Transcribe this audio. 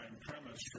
premise